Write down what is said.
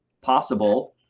possible